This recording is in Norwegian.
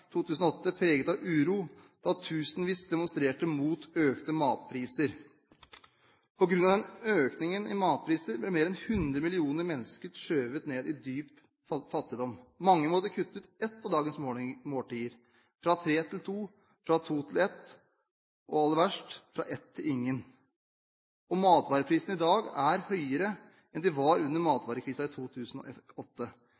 2008 preget av uro da tusenvis demonstrerte mot økte matpriser. På grunn av økningen i matprisene ble mer enn 100 millioner mennesker skjøvet ned i dyp fattigdom. Mange måtte kutte ut ett av dagens måltider – fra tre til to, fra to til ett, og – aller verst – fra ett til ingen. Matvareprisene i dag er høyere enn de var under